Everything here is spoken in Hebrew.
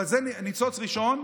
אבל זה הניצוץ הראשון,